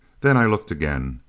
then i looked again.